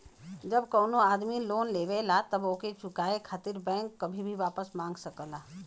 जब कउनो आदमी लोन लेवला तब ओके चुकाये खातिर बैंक कभी भी वापस मांग सकला